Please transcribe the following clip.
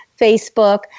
Facebook